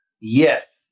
Yes